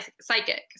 psychic